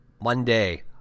Monday